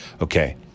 okay